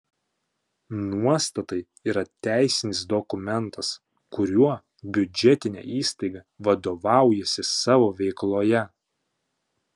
nuostatai yra teisinis dokumentas kuriuo biudžetinė įstaiga vadovaujasi savo veikloje